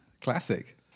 Classic